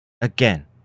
Again